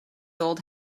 old